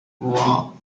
raw